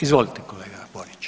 Izvolite kolega Borić.